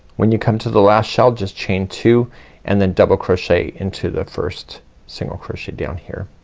when you come to the last shell just chain two and then double crochet into the first single crochet down here.